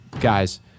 guys